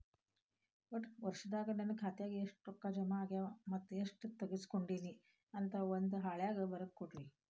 ಒಟ್ಟ ಈ ವರ್ಷದಾಗ ನನ್ನ ಖಾತೆದಾಗ ಎಷ್ಟ ರೊಕ್ಕ ಜಮಾ ಆಗ್ಯಾವ ಮತ್ತ ಎಷ್ಟ ತಗಸ್ಕೊಂಡೇನಿ ಅಂತ ಒಂದ್ ಹಾಳ್ಯಾಗ ಬರದ ಕೊಡ್ರಿ